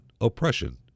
oppression